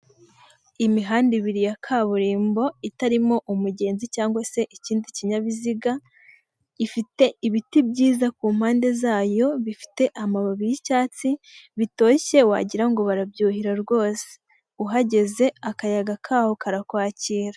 Imihanda ibiri ya kaburimbo itarimo umugenzi cg se ikindi kinyabiziga; ifite ibiti byiza ku mpande zayo bifite amababi y'icyatsi bitoshye wagirango barabyuhira rwose uhageze akayaga kawo karakwakira.